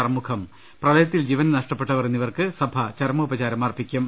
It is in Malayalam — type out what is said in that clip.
അറുമുഖം പ്രളയത്തിൽ ജീവൻ നഷ്ട്ടപ്പെട്ടവർ എന്നിവർക്ക് സഭ ചരമോപചാരം അർപ്പിക്കും